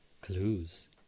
Clues